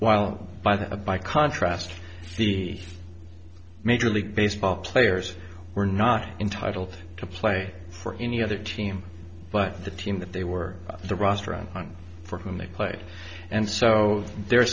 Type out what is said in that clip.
while by the by contrast the major league baseball players were not entitled to play for any other team but the team that they were the roster and for whom they played and so their